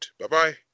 Bye-bye